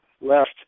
left